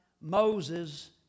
Moses